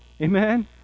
Amen